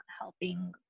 helping